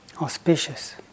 auspicious